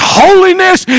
holiness